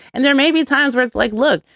and there may be times, words like, look,